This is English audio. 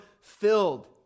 filled